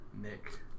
Nick